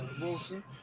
Wilson